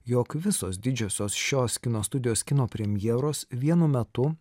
jog visos didžiosios šios kino studijos kino premjeros vienu metu